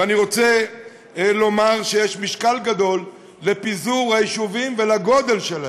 ואני רוצה לומר שיש משקל גדול לפיזור היישובים ולגודל שלהם.